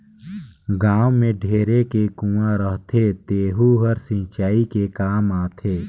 गाँव में ढेरे के कुँआ रहथे तेहूं हर सिंचई के काम आथे